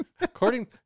According